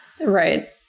right